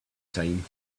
time